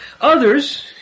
Others